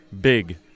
big